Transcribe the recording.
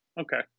Okay